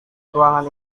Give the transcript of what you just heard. ruangan